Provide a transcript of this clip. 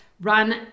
run